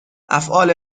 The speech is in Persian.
افعال